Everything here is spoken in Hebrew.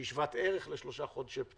שהיא שוות ערך לשלושה חודשי פטור,